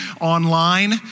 online